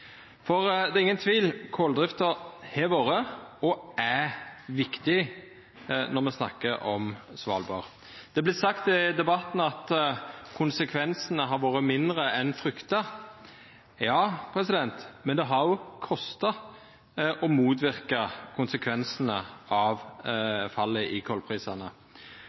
Det er ingen tvil om at koldrifta har vore og er viktig når me snakkar om Svalbard. Det vert sagt i debatten at konsekvensane har vore mindre enn frykta. Ja, men det har òg kosta å motverka konsekvensane av fallet i